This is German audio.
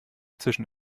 zwischen